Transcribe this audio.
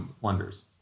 wonders